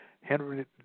Henry